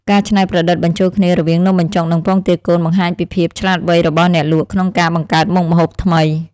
ការច្នៃប្រឌិតបញ្ចូលគ្នារវាងនំបញ្ចុកនិងពងទាកូនបង្ហាញពីភាពឆ្លាតវៃរបស់អ្នកលក់ក្នុងការបង្កើតមុខម្ហូបថ្មី។